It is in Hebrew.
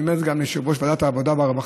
ואני אומר את זה גם ליושב-ראש ועדת העבודה והרווחה.